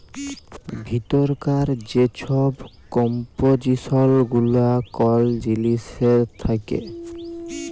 ভিতরকার যে ছব কম্পজিসল গুলা কল জিলিসের থ্যাকে